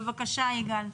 בבקשה, יגאל.